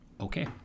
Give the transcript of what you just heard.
okay